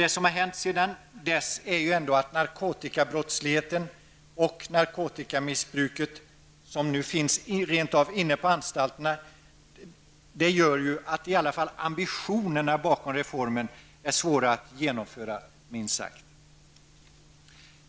Det som hänt sedan dess -- vi har bl.a. fått narkotikabrottslighet och narkotikamissbruk inne på anstalterna -- gör ju att åtminstone ambitionerna bakom reformen är svåra att genomföra, minst sagt.